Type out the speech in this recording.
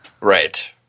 Right